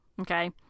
Okay